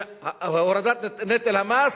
שהורדת נטל המס